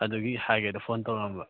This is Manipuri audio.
ꯑꯗꯨꯒꯤ ꯍꯥꯏꯒꯦꯅ ꯐꯣꯟ ꯇꯧꯔꯛꯑꯝꯕ